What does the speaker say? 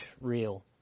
real